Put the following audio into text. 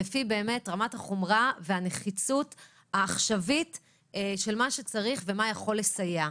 באמת לפי רמת החומרה והנחיצות העכשווית של מה שצריך ומה יכול לסייע.